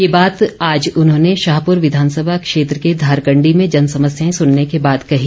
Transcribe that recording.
ये बात आज उन्होंने शाहपुर विधानसभा क्षेत्र के धारकंडी में जनसमस्याएं सुनने के बाद कही